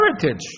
heritage